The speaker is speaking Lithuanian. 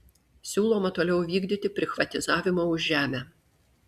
siūloma toliau vykdyti prichvatizavimą už žemę